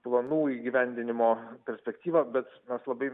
planų įgyvendinimo perspektyvą bet mes labai